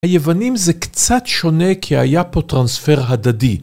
היוונים זה קצת שונה כי היה פה טרנספר הדדי.